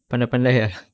pandai pandai ah